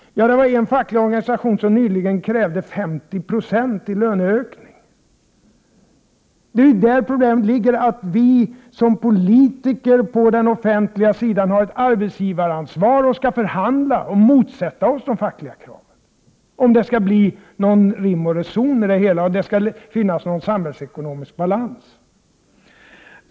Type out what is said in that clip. Det var en facklig organisation som nyligen krävde 50 96 i löneökning. Problemet är ju att vi som politiker har ett arbetsgivaransvar på den offentliga sidan och skall förhandla och motsätta oss de fackliga kraven om det skall bli rim och reson i det hela och om det skall bli samhällsekonomisk balans.